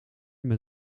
met